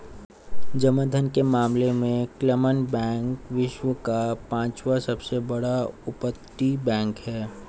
जमा धन के मामले में क्लमन बैंक विश्व का पांचवा सबसे बड़ा अपतटीय बैंक है